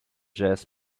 jazz